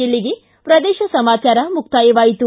ಇಲ್ಲಿಗೆ ಪ್ರದೇಶ ಸಮಾಚಾರ ಮುಕ್ತಾಯವಾಯಿತು